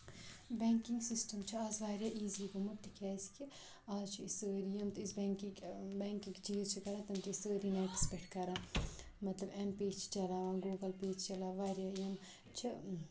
banking system چھُ آز واریاہ اِزی گوٚومُت تِکیازِ کہِ آز چھِ أسۍ سٲری یِم تہِ أسۍ بینٛکِنگ چیٖز چھِ أسۍ کران تِم چھِ أسۍ سٲری نیٹس پٮ۪ٹھ کران مطلب ایم پے چھِ چلاون گُوگل پے چھِ چلاون واریاہ یِم چھِ